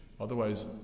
Otherwise